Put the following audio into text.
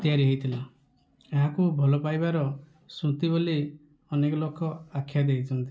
ତିଆରି ହୋଇଥିଲା ଏହାକୁ ଭଲ ପାଇବାର ସ୍ମୃତି ବୋଲି ଅନେକ ଲୋକ ଆଖ୍ୟା ଦେଇଛନ୍ତି